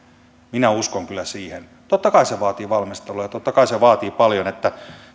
minä uskon kyllä siihen totta kai se vaatii valmistelua ja totta kai se vaatii paljon että